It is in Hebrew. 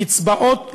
קצבאות,